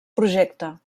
projecte